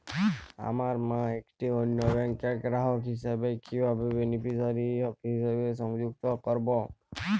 আমার মা একটি অন্য ব্যাংকের গ্রাহক হিসেবে কীভাবে বেনিফিসিয়ারি হিসেবে সংযুক্ত করব?